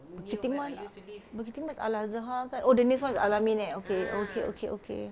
bukit timah lah bukit timah is al-azhar kan oh the next is al-amin eh okay okay okay okay